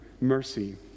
mercy